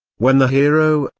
when the hero,